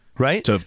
Right